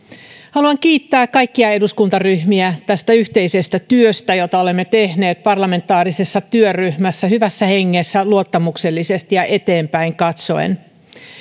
haluan kiittää kaikkia eduskuntaryhmiä tästä yhteisestä työstä jota olemme tehneet parlamentaarisessa työryhmässä hyvässä hengessä luottamuksellisesti ja eteenpäin katsoen